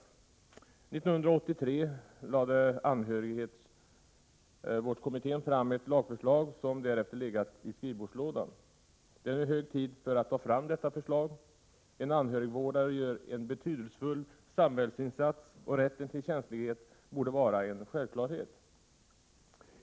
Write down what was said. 1983 lade anhörigvårdskommittén fram ett lagförslag som därefter legat i skrivbordslådan. Det är nu hög tid att ta fram detta förslag. En anhörigvårdare gör en betydelsefull samhällsinsats, och rätten till tjänstledighet borde vara en självklarhet.